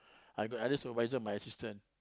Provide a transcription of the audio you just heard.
I got at least supervisor my assistant